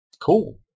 cool